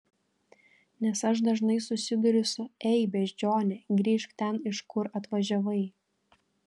nes aš dažnai susiduriu su ei beždžione grįžk ten iš kur atvažiavai